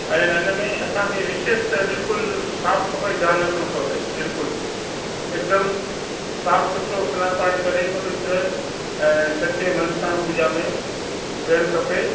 ऐं हिन में असांखे विशेष त बिल्कुलु साफ़ु सफ़ाई ध्यानु रखिणो खपे बिल्कुलु हिकदमि साफ़ु सुथिरो सनानु पाणी करे पवित्र ऐं सचे मन सां पूॼा में विहणु खपे